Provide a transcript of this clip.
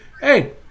Hey